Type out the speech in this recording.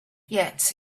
yet